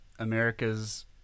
america's